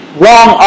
wrong